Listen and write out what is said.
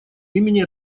имени